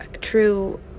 true